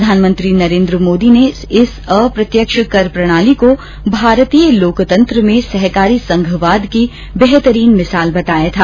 प्रधानमंत्री नरेन्द्र मोदी ने इस अप्रत्यक्ष कर प्रणाली को भारतीय लोकतंत्र में सहकारी संघवाद की बेहतरीन मिसाल बताया था